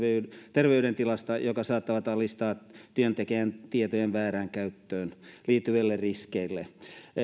terveydentilasta jotka saattavat altistaa työntekijän tietojen väärinkäyttöön liittyville riskeille